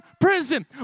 prison